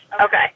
Okay